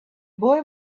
boy